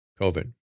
COVID